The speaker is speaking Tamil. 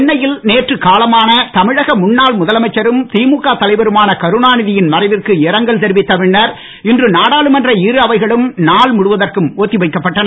சென்னையில் நேற்று காலமான தமிழக முன்னாள் முதலமைச்சரும் திமுக தலைவருமான கருணாநிதியின் மறைவிற்கு இரங்கல் தெரிவித்த பின்னர் இன்று நாடாளுமன்ற இரு அவைகளும் நாள் முழுவதற்கும் ஒத்தி வைக்கப்பட்டன